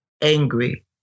angry